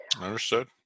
Understood